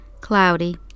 cloudy